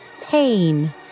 pain